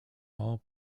all